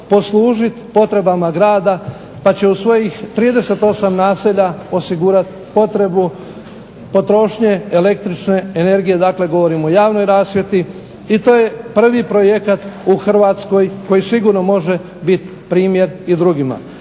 poslužit potrebama grada pa će u svojih 38 naselja osigurat potrebu potrošnje električne energije. Dakle, govorim o javnoj rasvjeti. I to je prvi projekat u Hrvatskoj koji sigurno može bit primjer i drugima.